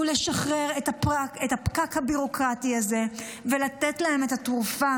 הוא לשחרר את הפקק הביורוקרטי הזה ולתת להם את התרופה